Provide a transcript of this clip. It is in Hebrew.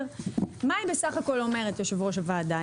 מה היא בסך הכול אומרת, יושב ראש הוועדה?